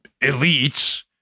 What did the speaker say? elites